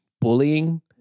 bullying